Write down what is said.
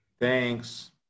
Thanks